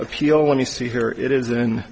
appeal when you see here it is